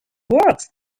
works